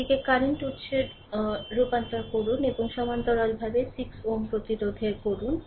এটিকে কারেন্ট উত্সে রূপান্তর করুন এবং সমান্তরালভাবে 6 Ω প্রতিরোধের করুন